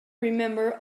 remember